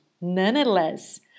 Nonetheless